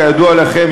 כידוע לכם,